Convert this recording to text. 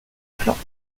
plants